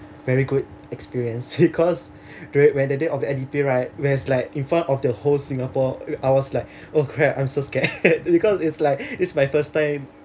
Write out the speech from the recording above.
very good experience because when when the date of the N_D_P right whereas like in front of the whole singapore I was like oh crap I'm so scared because it's like it's my first time